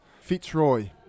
Fitzroy